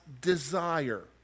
desire